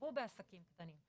והתחשבו בעסקים קטנים.